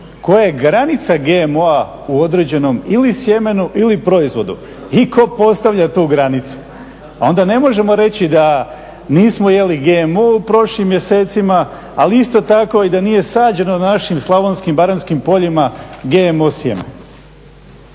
koja je granica GMO-a u određenom ili sjemenu ili proizvodu? I tko postavlja tu granicu? A onda ne možemo reći da nismo jeli GMO u prošlim mjesecima ali isto tako i da nije sađeno na našim slavonskim i baranjskim poljima GMO sjeme.